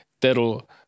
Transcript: that'll